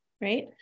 right